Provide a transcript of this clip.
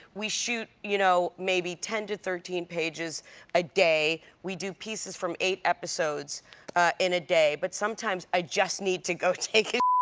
we shoot you know maybe ten to thirteen pages a day. we do pieces from eight episodes in a day but sometimes i just need to go take a